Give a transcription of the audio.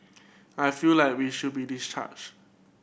I feel like we should be discharged